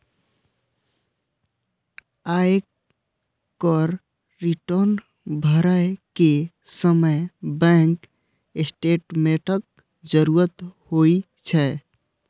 आयकर रिटर्न भरै के समय बैंक स्टेटमेंटक जरूरत होइ छै